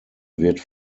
wird